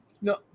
No